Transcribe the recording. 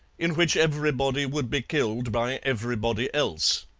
in which everybody would be killed by everybody else.